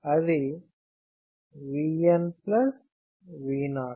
అది V n V 0